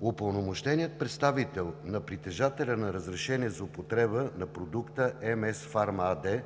Упълномощеният представител на притежателя на разрешение за употреба на продукта „МС Фарма“ АД